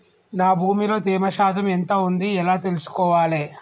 నా భూమి లో తేమ శాతం ఎంత ఉంది ఎలా తెలుసుకోవాలే?